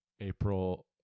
april